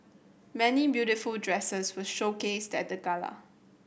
many beautiful dresses were showcased at the gala